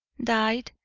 died,